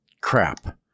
crap